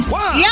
one